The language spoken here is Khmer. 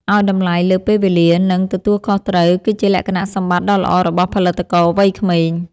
ឱ្យតម្លៃលើពេលវេលា និង ទទួលខុសត្រូវគឺជាលក្ខណៈសម្បត្តិដ៏ល្អរបស់ផលិតករវ័យក្មេង។